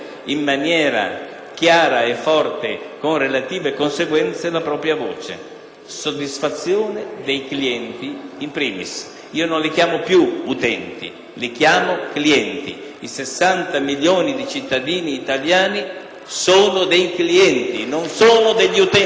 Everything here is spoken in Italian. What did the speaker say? chiara e forte, con le relative conseguenze, la propria voce (soddisfazione dei clienti, *in primis*). Non li chiamo più utenti, li chiamo clienti: i 60 milioni di cittadini italiani sono dei clienti, non sono degli utenti.